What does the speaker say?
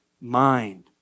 mind